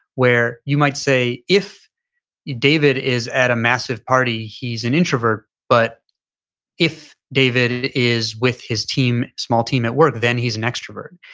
where you might say if david is at a massive party, he's an introvert. but if david is with his team, small team at work, then he's an extrovert.